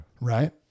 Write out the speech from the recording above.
Right